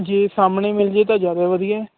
ਜੇ ਸਾਹਮਣੇ ਮਿਲ ਜੇ ਤਾਂ ਜ਼ਿਆਦਾ ਵਧੀਆ